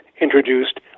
introduced